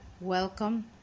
Welcome